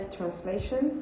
translation